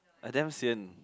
I damn sian